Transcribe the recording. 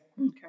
Okay